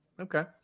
Okay